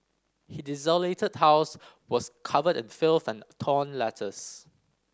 the desolated house was covered in filth and torn letters